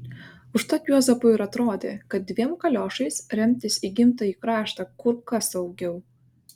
užtat juozapui ir atrodė kad dviem kaliošais remtis į gimtąjį kraštą kur kas saugiau